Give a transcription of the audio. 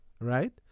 right